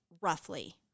roughly